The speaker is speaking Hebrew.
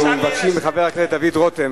אנחנו מבקשים מחבר הכנסת דוד רותם,